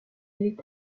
est